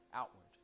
outward